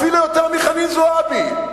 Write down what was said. אפילו יותר מחנין זועבי,